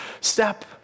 step